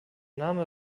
name